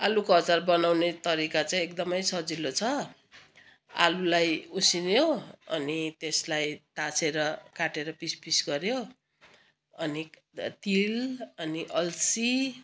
आलुको अचार बनाउने तरिका चाहिँ एकदमै सजिलो छ आलुलाई उसिन्यो अनि त्यसलाई ताछेर काटेर पिस पिस गऱ्यो अनि तिल अनि अल्सि